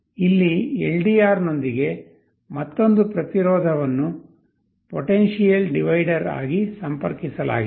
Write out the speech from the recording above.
ಇಲ್ಲಿ LDR ನೊಂದಿಗೆ ಮತ್ತೊಂದು ಪ್ರತಿರೋಧವನ್ನು ಪೊಟೆನ್ಷಿಯಲ್ ಡಿವೈಡರ್ ಆಗಿ ಸಂಪರ್ಕಿಸಲಾಗಿದೆ